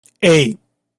hey